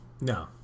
no